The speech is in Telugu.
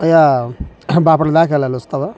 అయ్యా బాపట్ల దాక వెళ్ళాలి వస్తావా